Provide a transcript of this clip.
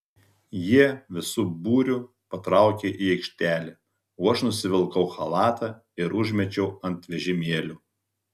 jie visu būriu patraukė į aikštelę o aš nusivilkau chalatą ir užmečiau ant vežimėlio